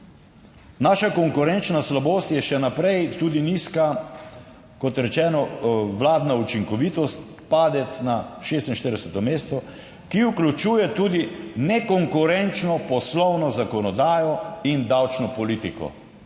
Naša konkurenčna slabost je še naprej tudi nizka, kot rečeno, vladna učinkovitost, padec na 46. mesto, ki vključuje tudi nekonkurenčno poslovno zakonodajo in davčno politiko,